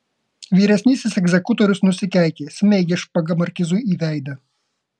vyresnysis egzekutorius nusikeikė smeigė špaga markizui į veidą